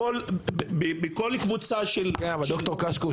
בכל קבוצה --- אבל ד"ר קשקוש,